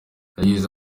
yagize